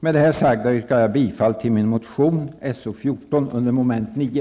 Med det sagda yrkar jag bifall till min motion 1991/92:So14 under mom. 9.